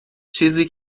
چیزی